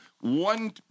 one